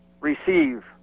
receive